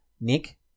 Nick